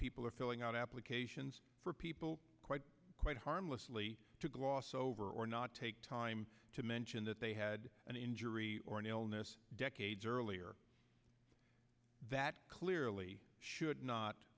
people are filling out applications for people quite quite harmlessly to gloss over or not take time to mention that they had an injury or an illness decades earlier that clearly should not